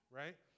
right